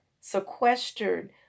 sequestered